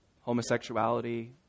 Homosexuality